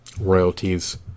royalties